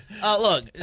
Look